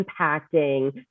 impacting